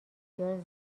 بسیار